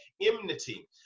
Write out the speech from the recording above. enmity